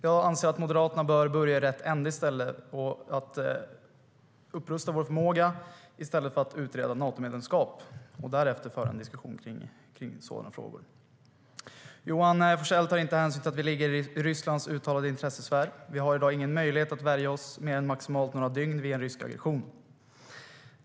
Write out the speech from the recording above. Jag anser att Moderaterna bör börja i rätt ände och upprusta vår förmåga i stället för att utreda Natomedlemskap och därefter föra en diskussion om sådana frågor. Johan Forsell tar inte hänsyn till att vi ligger i Rysslands uttalade intressesfär. Vi har i dag ingen möjlighet att värja oss mer än maximalt några dygn vid en rysk aggression.